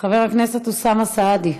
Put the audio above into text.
חבר הכנסת אוסאמה סעדי,